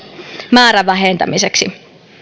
määrän vähentämiseksi